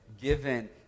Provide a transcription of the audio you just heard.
given